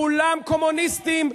כולם קומוניסטים,